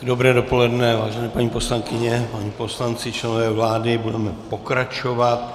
Dobré dopoledne, vážené paní poslankyně, páni poslanci, členové vlády, budeme pokračovat.